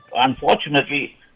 unfortunately